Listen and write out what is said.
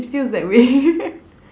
it feels that way